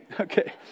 okay